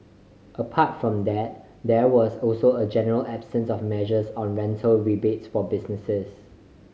apart from that there was also a general absence of measures on rental rebates for businesses